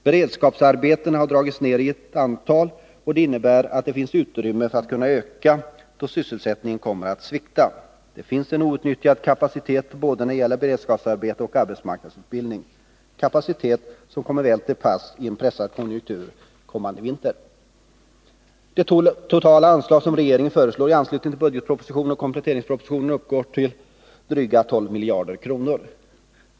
Beredskapsarbetena har dragits ned i antal, och det innebär att det finns utrymme för en ökning då sysselsättningen återigen börjar svikta. Det finns outnyttjad kapacitet då det gäller beredskapsarbeten och arbetsmarknadsutbildning. Denna kapacitet kommer väl till pass i en pressad konjunktur kommande vinter. Det totala anslag som regeringen föreslår i anslutning till budgetpropositionen och kompletteringspropositionen uppgår till dryga 12 miljarder kronor.